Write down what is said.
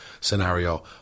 scenario